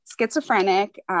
schizophrenic